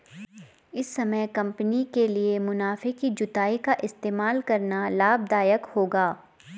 इस समय कंपनी के लिए मुनाफे की जुताई का इस्तेमाल करना लाभ दायक होगा